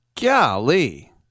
Golly